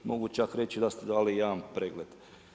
Mogu čak reći da ste dali jedan pregled.